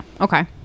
okay